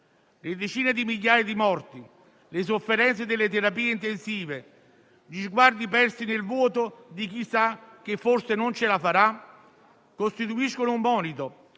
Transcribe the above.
Le decine di migliaia di morti, le sofferenze delle terapie intensive, gli sguardi persi nel vuoto di chi sa che forse non ce la farà costituiscono un monito